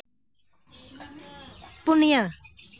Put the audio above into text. ᱯᱩᱱᱭᱟᱹ